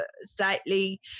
slightly